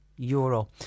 Euro